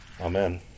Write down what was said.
Amen